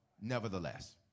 Nevertheless